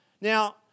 Now